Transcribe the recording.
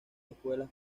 escuelas